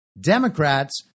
Democrats